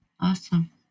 awesome